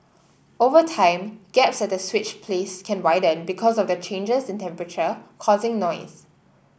over time gaps at the switch plates can widen because of changes in temperature causing noise